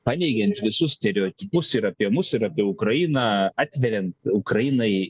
paneigiant visus stereotipus ir apie mus ir apie ukrainą atveriant ukrainai